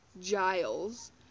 Giles